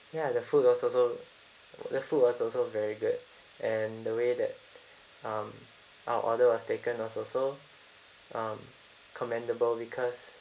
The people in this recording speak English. ya the food was also the food was also very good and the way that um our order was taken was also um commendable because